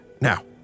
Now